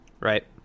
right